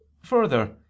Further